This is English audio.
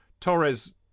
Torres